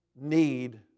need